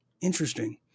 interesting